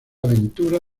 aventura